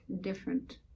different